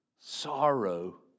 sorrow